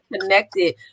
connected